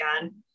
again